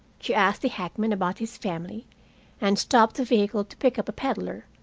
she asked the hackman about his family and stopped the vehicle to pick up a peddler,